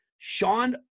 Sean